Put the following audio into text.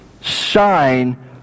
shine